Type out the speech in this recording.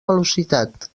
velocitat